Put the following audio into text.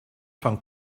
von